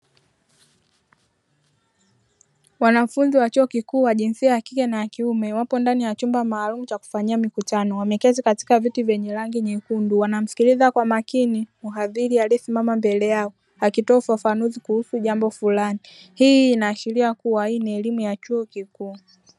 Wanafunzi wa chuo kikuu wa jinsia ya kike na ya kiume wapo ndani ya chumba maalumu cha kufanyia mikutano, wameketi katika viti vyenye rangi nyekundu wanamsikiliza kwa makini mhadhiri aliyesimama mbele yao akitoa ufafanuzi kuhusu jambo fulani; hii inaashiria kuwa ni elimu ya chuo kikuu.